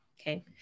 okay